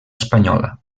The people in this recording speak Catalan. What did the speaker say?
espanyola